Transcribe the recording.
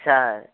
सः